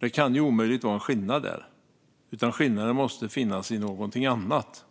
Det kan omöjligt vara en skillnad där, utan skillnaden måste finnas i någonting annat.